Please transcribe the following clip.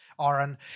Aaron